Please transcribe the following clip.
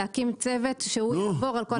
להקים צוות, שיעבור על כל המכרזים.